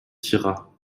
tira